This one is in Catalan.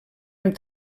amb